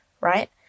right